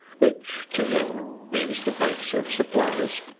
which to him means the base of supplies.